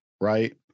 right